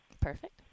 Perfect